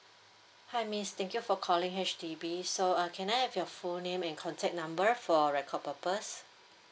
hi miss thank you for calling H_D_B so uh can I have your full name and contact number for record purpose